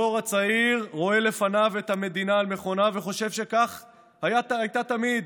הדור הצעיר רואה לפניו את המדינה על מכונה וחושב שכך הייתה תמיד.